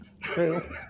True